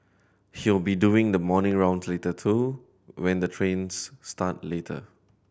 he'll be doing the morning rounds later too when the trains start later